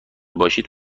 باشید